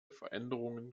veränderungen